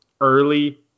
early